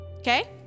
Okay